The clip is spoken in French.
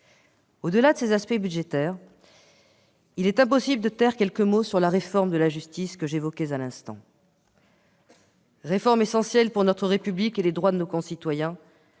Au-delà de ces aspects budgétaires, il est impossible de ne pas dire quelques mots sur la réforme de la justice, que j'évoquais à l'instant. Pour la discussion de cette réforme, essentielle pour notre République et les droits de nos concitoyens,